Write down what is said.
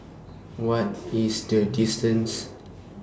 What IS The distance